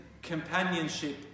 companionship